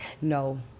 No